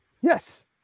Yes